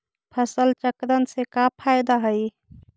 फसल चक्रण से का फ़ायदा हई?